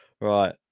Right